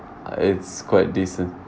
uh it's quite decent